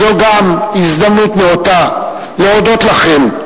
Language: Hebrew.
זו גם הזדמנות נאותה להודות לכם,